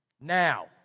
Now